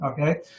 Okay